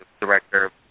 director